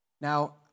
Now